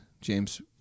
James